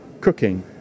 cooking